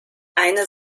eine